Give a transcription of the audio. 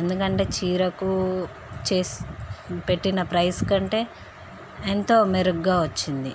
ఎందుకంటే చీరకు పెట్టిన ప్రైస్ కంటే ఎంతో మెరుగుగా వచ్చింది